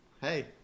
Hey